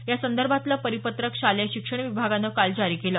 यासंदर्भातलं परिपत्रक शालेय शिक्षण विभागानं काल जारी केलं